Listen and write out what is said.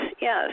yes